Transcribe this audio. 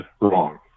wrong